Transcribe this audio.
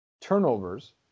turnovers